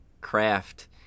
craft